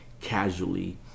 casually